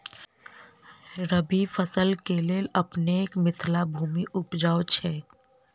रबी फसल केँ लेल अपनेक मिथिला भूमि उपजाउ छै